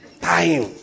time